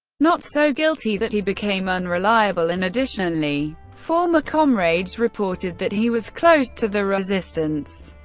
not so guilty that he became unreliable, and additionally, former comrades reported that he was close to the resistance.